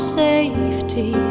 safety